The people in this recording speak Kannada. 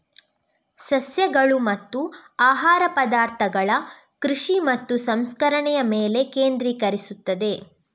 ಸಸ್ಯಗಳು ಮತ್ತು ಆಹಾರ ಪದಾರ್ಥಗಳ ಕೃಷಿ ಮತ್ತು ಸಂಸ್ಕರಣೆಯ ಮೇಲೆ ಕೇಂದ್ರೀಕರಿಸುತ್ತದೆ